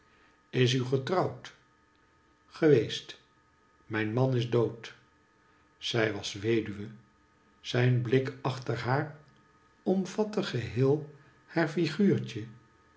is getrouwd geweest mijn man is dood zij was weduwe zijn blik achter haar omvatte geheel haar figuurtje